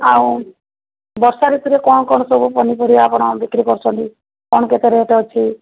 ଆଉ ବର୍ଷା ଋତୁରେ କ'ଣ କ'ଣ ସବୁ ପନିପରିବା ଆପଣ ବିକ୍ରି କରୁଛନ୍ତି କ'ଣ କେତେ ରେଟ୍ ଅଛି